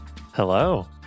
Hello